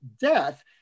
death